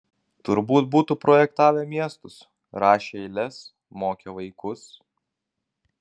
turbūt būtų projektavę miestus rašę eiles mokę vaikus